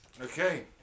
Okay